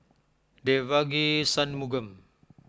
Devagi Sanmugam